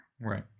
Right